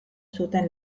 zuten